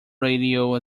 radio